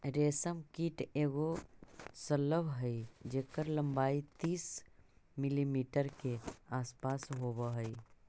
रेशम कीट एगो शलभ हई जेकर लंबाई तीस मिलीमीटर के आसपास होब हई